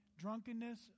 drunkenness